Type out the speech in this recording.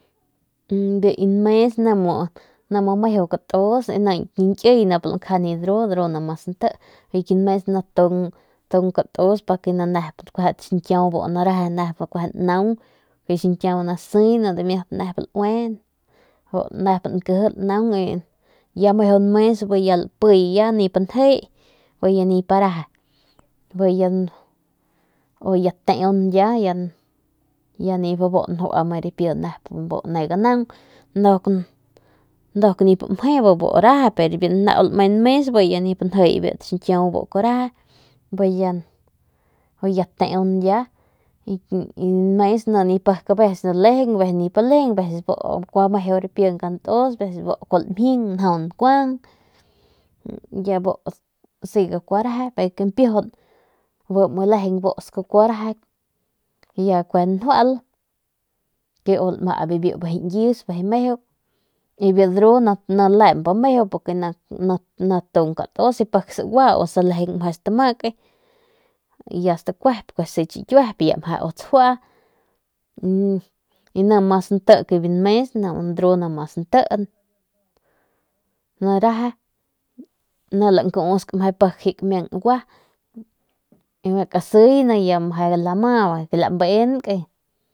Biu ki nmes ni muu meju katus ni ki nkiy nip kjuande dru ni mas nti ki nmes ni tung katus pa ke nu njiy xiñkiau ni reje nep naung biu xiñkiau ni si ni meje nep laue ya meju nmes bi ya lapiy nip njiy ya teun ya nip rapi nep nduk nip mje bi bu reje pero nip nau nip lame nmes bu kuaju reje bi ya teung ya nip rapi bu kuaju ne pero nau lame nmes bi ya nip njiy biu ti xiñkiau y biu nmes ni ni pik lejeng pik nip lejeng meju ripi nkau ntus pik kuaju lamjing njau nkuang biu kampiujun bi lejeng busk kuaju reje kue njual u lama biu bijiy ñkius y biu dru ni lemp meju ni tung katus pik sagua u meje salejeng meje stamake kue stakuep y ji chikuep y u meje tsjua y ni mas nti ke biu nmes biu dru ni reje ni lankusk meje pik ji kamiang ngua y mia kasiy ni meje lama biu.